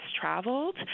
traveled